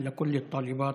במיוחד,